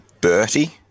Bertie